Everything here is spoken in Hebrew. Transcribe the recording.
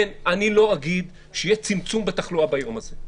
אני לא אגיד שיהיה צמצום בתחלואה ביום הזה.